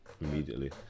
immediately